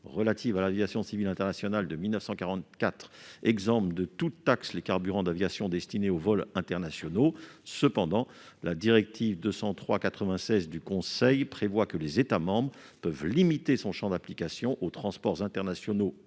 relative à l'aviation civile internationale de 1944 exempte de toute taxe les carburants d'aviation destinés aux vols internationaux. Toutefois, la directive 203/96 du Conseil prévoit que les États membres peuvent limiter son champ d'application aux transports internationaux